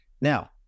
Now